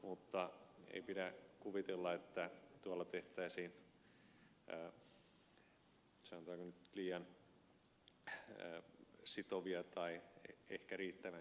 mutta ei pidä kuvitella että tuolla tehtäisiin sanotaanko nyt liian sitovia tai ehkä riittävänkään sitovia päätöksiä jäsenmaiden kannalta